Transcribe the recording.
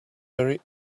very